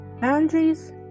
Boundaries